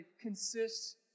consists